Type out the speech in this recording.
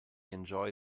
enjoy